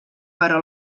però